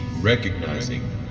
recognizing